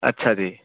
ਅੱਛਾ ਜੀ